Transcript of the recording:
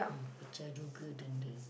ah pecah juga dinding